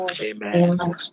Amen